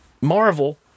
Marvel